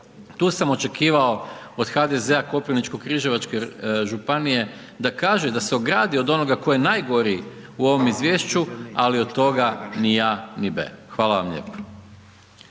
tu sam očekivao od HDZ-a Koprivničko križevačke županije da kaže, da se ogradi od onoga tko je najgori u ovom izvješću ali od toga ni a ni b. Hvala vam lijepo.